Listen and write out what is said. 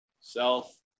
self